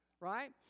right